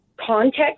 context